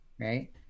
right